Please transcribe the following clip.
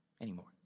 anymore